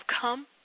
come